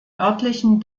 örtlichen